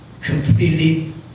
completely